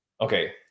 okay